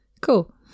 cool